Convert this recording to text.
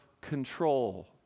control